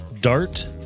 dart